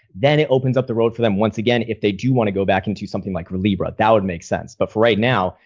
then it opens up the road for them once again, if they do want to go back and do something like libra. that would make sense. but right now,